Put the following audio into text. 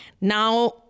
Now